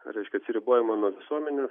reiškia atsiribojimo nuo visuomenės